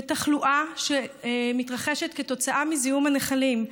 ותחלואה שמתרחשת כתוצאה מזיהום הנחלים,